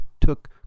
took